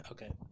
Okay